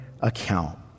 account